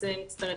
זה מצטרף,